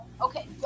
Okay